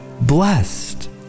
blessed